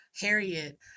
Harriet